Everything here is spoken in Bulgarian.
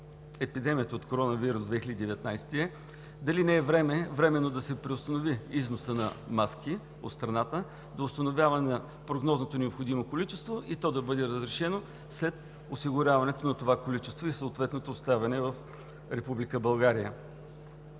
епидемията от коронавирус 2019 е: дали не е време временно да се преустанови износът на маски от страната до установяване на прогнозното необходимо количество и то да бъде разрешено след осигуряването на това количество и съответното оставяне в Република